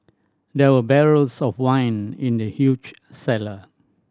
there were barrels of wine in the huge cellar